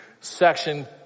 section